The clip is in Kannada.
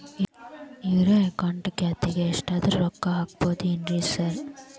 ಝೇರೋ ಅಕೌಂಟ್ ಖಾತ್ಯಾಗ ಎಷ್ಟಾದ್ರೂ ರೊಕ್ಕ ಹಾಕ್ಬೋದೇನ್ರಿ ಸಾರ್?